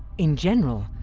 in general,